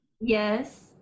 Yes